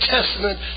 Testament